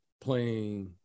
playing